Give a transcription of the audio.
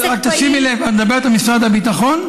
תשימי לב, את מדברת על משרד הביטחון?